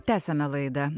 tęsiame laidą